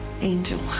angel